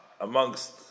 amongst